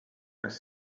kas